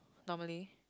normally